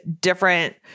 different